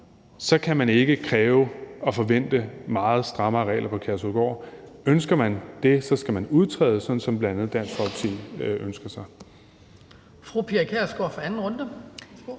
så kan man ikke kræve og forvente meget strammere regler på Kærshovedgård. Ønsker man det, skal man udtræde, sådan som bl.a. Dansk Folkeparti ønsker sig